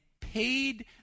paid